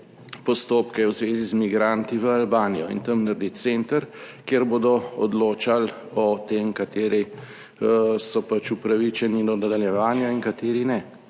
postopke v zvezi z migranti v Albanijo in tam naredi center, kjer bodo odločali o tem, kateri so upravičeni do nadaljevanja in kateri ne.